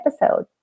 episode